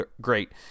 great